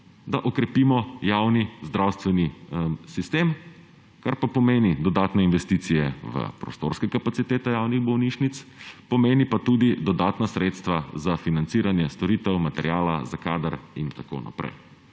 da okrepimo javni zdravstveni sistem, kar pa pomeni dodatne investicije v prostorske kapacitete javnih bolnišnic, pomeni pa tudi dodatna sredstva za financiranje storitev, materiala, za kader in tako naprej.